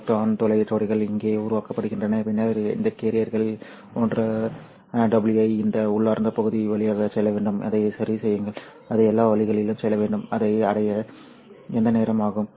electron துளை ஜோடிகள் இங்கே உருவாக்கப்படுகின்றன பின்னர் இந்த கேரியரில் ஒன்று அகல WI இன் உள்ளார்ந்த பகுதி வழியாக செல்ல வேண்டும் அதை சரி செய்யுங்கள் அது எல்லா வழிகளிலும் செல்ல வேண்டும் அதை அடைய எந்த நேரம் ஆகும்